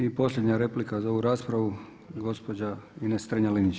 I posljednja replika za ovu raspravu gospođa Ines Strenja-Linić.